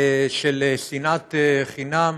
של שנאת חינם,